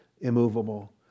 immovable